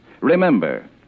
Remember